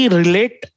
relate